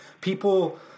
People